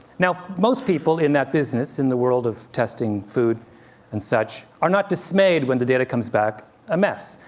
now, most people in that business, in the world of testing food and such, are not dismayed when the data comes back a mess.